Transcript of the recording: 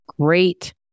Great